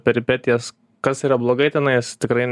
peripetijas kas yra blogai tenais tikrai